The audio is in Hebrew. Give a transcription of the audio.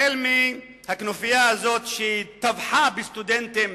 החל בכנופיה הזאת שטבחה בסטודנטים